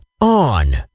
on